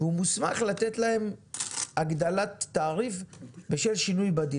הוא מוסמך לתת להן הגדלת תעריף בשל שינוי בדין.